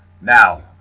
Now